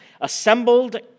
assembled